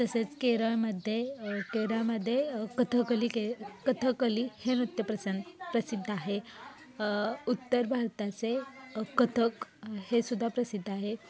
तसेच केरळमध्ये केरळमध्ये कथकली के कथकली हे नृत्य प्रसन प्रसिद्ध आहे उत्तर भारताचे कथक हे सुद्धा प्रसिद्ध आहे